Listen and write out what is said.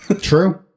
true